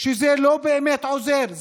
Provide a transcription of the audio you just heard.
שזה לא באמת עוזר.